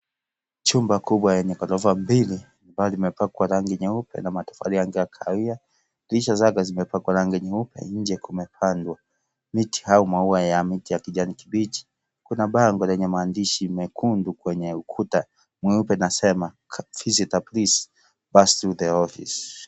Chumba kubwa yenye ghorofa mbili ambao limepakwa rangi nyeupe na madoa ya rangi ya kahawia, dorisha zake zimepakwa rangi nyeupe, nje kumepandwa miti au maua ya kijani kibichi kuna bango lenye maandishi mekundu kwenye ukuta mweupe inasema (cs) visitor please pass through the office (cs).